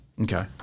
Okay